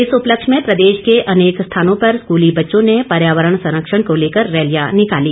इस उपलक्ष्य में प्रदेश के अनेक स्थानों पर स्कूली बच्चों ने पर्यावरण संरक्षण को लेकर रैलियां निकाली